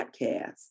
podcast